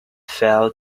fell